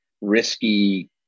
risky